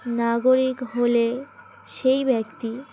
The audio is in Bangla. নাগরিক হলে সেই ব্যক্তি